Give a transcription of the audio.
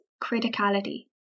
criticality